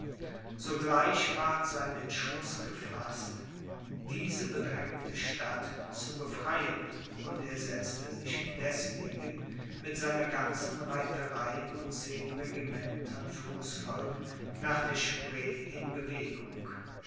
sogleich ward sein entschluß gefaßt diese bedrängte stadt zu befreien und er setzte sich deswegen mit seiner ganzen reiterei und zehn regimentern fußvolk nach der spree in bewegung